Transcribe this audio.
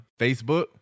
Facebook